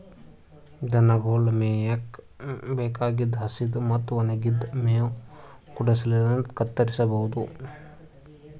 ದನಗೊಳ್ ಮೇಯಕ್ಕ್ ಬೇಕಾಗಿದ್ದ್ ಹಸಿದ್ ಮತ್ತ್ ಒಣಗಿದ್ದ್ ಮೇವ್ ಕುಡಗೊಲಿನ್ಡ್ ಕತ್ತರಸಬಹುದು